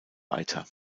weiter